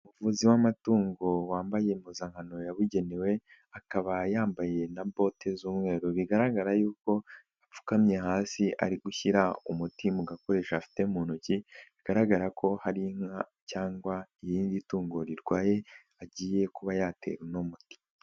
Umuvuzi w'amatungo wambaye impuzankano yabugenewe. Akaba yambaye na bote z'umweru. Bigaragara yuko apfukamye hasi ari gushyira umuti mu gakoresho afite mu ntoki. Bigaragara ko hari inka cyangwa irindi tungo rirwaye agiye kuba yatera uno muti.